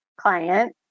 client